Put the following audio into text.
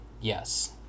yes